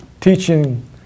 teaching